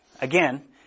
again